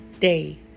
day